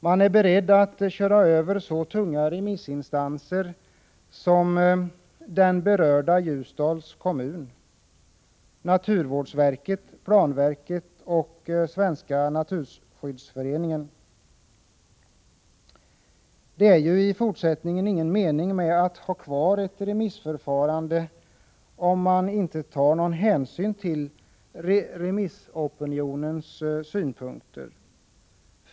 De är beredda att köra över så tunga remissinstanser som den berörda Ljusdals kommun, naturvårdsverket, planverket och Svenska naturskyddsföreningen. Det är i fortsättningen ingen mening med att ha kvar ett remissförfarande, om man inte tar någon hänsyn till remissopinionens synpunkter.